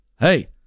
hey